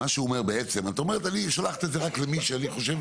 את אומרת: אני שולחת את זה רק למי שאני חושבת